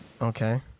Okay